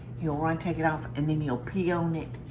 he'll run, take it off. and then he'll pee on it.